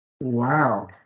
Wow